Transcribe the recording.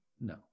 No